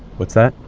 what's that?